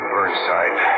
Burnside